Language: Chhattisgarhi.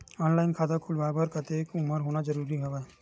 ऑनलाइन खाता खुलवाय बर कतेक उमर होना जरूरी हवय?